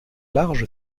large